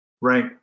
Right